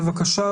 בבקשה,